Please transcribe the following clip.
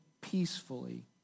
peacefully